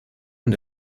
und